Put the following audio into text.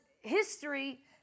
history